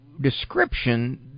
description